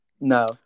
No